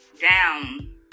down